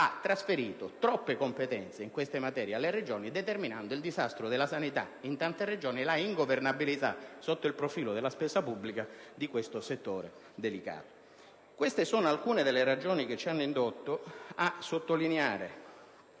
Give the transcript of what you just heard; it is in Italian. ha trasferito troppe competenze alle Regioni determinando il disastro della sanità in tante Regioni e l'ingovernabilità sotto il profilo della spesa pubblica di questo settore delicato. Queste sono alcune delle ragioni che ci hanno indotto a sottolineare